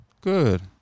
Good